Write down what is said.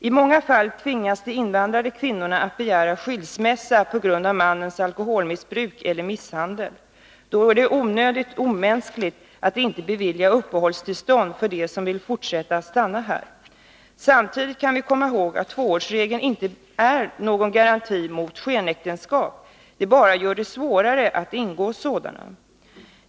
I många fall tvingas de invandrade kvinnorna att begära skilsmässa på grund av mannens alkoholmissbruk eller misshandel. Då är det onödigt omänskligt att inte bevilja uppehållstillstånd för dem som vill fortsätta att stanna här. Samtidigt skall vi komma ihåg att tvåårsregeln inte är någon garanti mot ett skenäktenskap. Denna regel gör det bara svårare att ingå sådana.